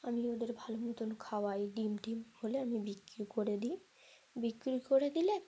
আমি ওদের ভালো মতন খাওয়াই ডিম টিম হলে আমি বিক্রি করে দিই বিক্রি করে দিলে